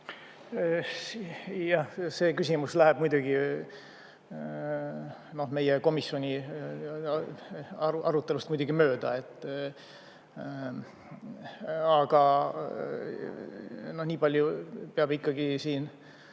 see küsimus läheb muidugi meie komisjoni arutelust mööda. Aga nii palju peab ikkagi siin